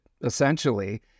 essentially